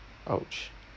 !ouch!